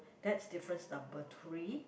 that's difference number three